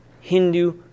Hindu